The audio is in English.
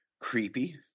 Creepy